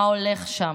מה הולך שם,